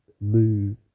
move